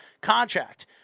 contract